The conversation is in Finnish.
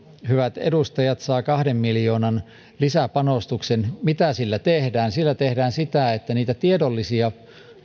hyvät edustajat saa kahden miljoonan lisäpanostuksen mitä sillä tehdään sillä tehdään sitä että niitä tiedollisia